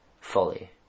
fully